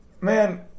man